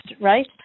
right